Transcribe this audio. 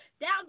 down